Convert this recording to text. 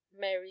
Mary